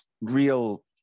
real